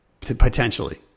potentially